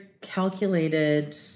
calculated